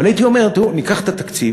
אבל הייתי אומר, תראו, ניקח את התקציב